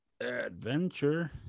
Adventure